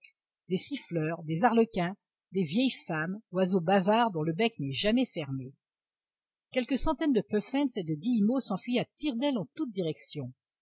des siffleurs des arlequins des vieilles femmes oiseaux bavards dont le bec n'est jamais fermé quelques centaines de puffins et de guillemots s'enfuyaient à tire-d'aile en toute direction